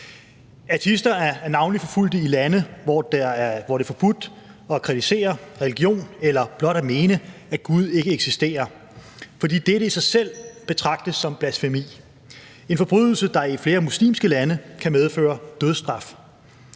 Ateister er navnlig forfulgt i lande, hvor det er forbudt at kritisere religion eller blot at mene, at Gud ikke eksisterer, fordi dette i sig selv betragtes som blasfemi – en forbrydelse, der i flere muslimske lande kan medføre dødsstraf.